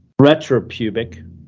retropubic